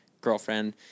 girlfriend